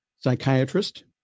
psychiatrist